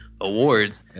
awards